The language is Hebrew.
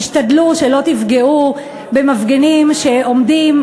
תשתדלו שלא תפגעו במפגינים שעומדים,